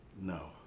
No